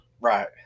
Right